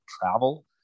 travel